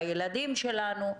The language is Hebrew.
בילדים שלנו,